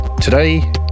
Today